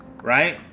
Right